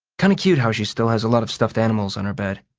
kind of cute how she still has a lot of stuffed animals on her bed.